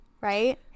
right